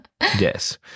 Yes